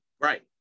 Right